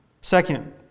Second